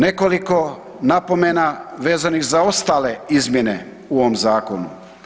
Nekoliko napomena vezanih za ostale izmjene u ovom zakonu.